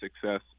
success